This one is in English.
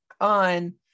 on